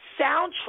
soundtrack